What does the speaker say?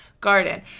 garden